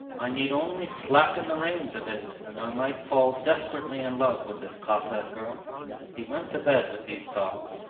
i need only slacken the reins a bit and i might fall desperately in love with this cossack girl he went to bed with these thoughts,